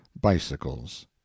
bicycles